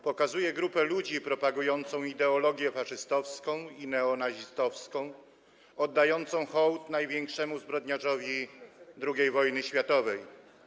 Pokazuje grupę ludzi propagującą ideologię faszystowską i neonazistowską, oddającą hołd największemu zbrodniarzowi II wojny światowej.